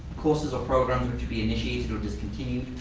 courses or programs which would be initiated or discontinued,